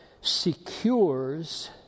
secures